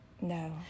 No